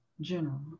general